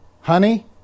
honey